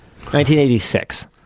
1986